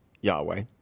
Yahweh